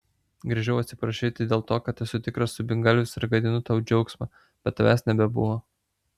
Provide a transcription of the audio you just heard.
grįžau atsiprašyti dėl to kad esu tikras subingalvis ir gadinu tau džiaugsmą bet tavęs nebebuvo